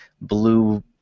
blue